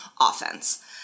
offense